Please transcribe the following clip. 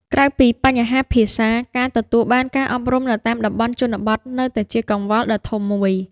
ក្រៅពីបញ្ហាភាសា ការទទួលបានការអប់រំនៅតាមតំបន់ជនបទនៅតែជាកង្វល់ដ៏ធំមួយ។